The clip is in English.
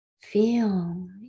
Feel